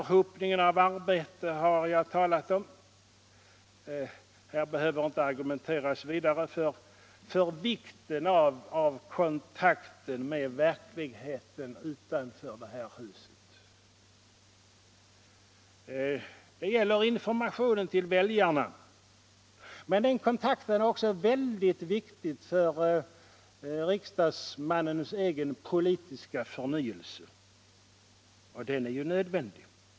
Anhopningen av arbete här är hindrande. Här behöver inte argumenteras vidare för vikten av kontakt med verkligheten utanför detta hus. Det gäller informationen till väljarna, men den kontakten är väldigt viktig också för riksdagsmannens egen politiska förnyelse — och den är nödvändig.